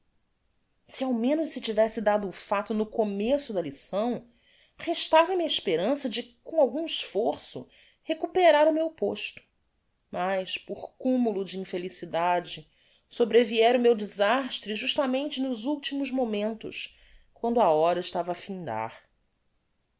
lugar si ao menos se tivesse dado o facto no começo da lição restava-me a esperança de com algum esforço recuperar o meu posto mas por cumulo de infelicidade sobreviera o meu desastre justamente nos ultimos momentos quando a hora estava á findar